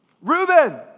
Reuben